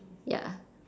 ya